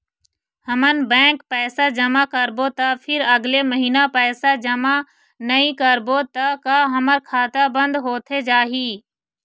हमन बैंक पैसा जमा करबो ता फिर अगले महीना पैसा जमा नई करबो ता का हमर खाता बंद होथे जाही?